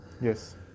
Yes